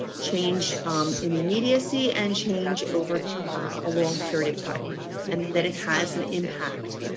change um in the immediacy and change over a long period of time and that it has an impact.